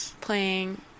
playing